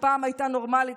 שפעם הייתה נורמלית,